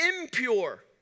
impure